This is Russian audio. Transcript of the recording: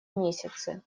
месяцы